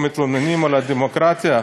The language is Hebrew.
פה מתלוננים על הדמוקרטיה,